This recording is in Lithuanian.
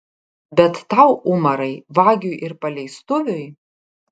bet tau umarai vagiui ir paleistuviui